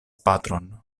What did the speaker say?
patron